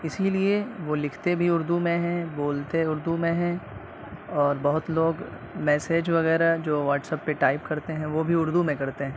اسی لیے وہ لکھتے بھی اردو میں ہیں بولتے اردو میں ہیں اور بہت لوگ میسج وغیرہ جو واٹس ایپ پہ ٹائپ کرتے ہیں وہ بھی اردو میں کرتے ہیں